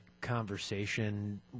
conversation